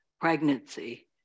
pregnancy